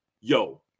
Yo